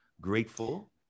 grateful